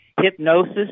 hypnosis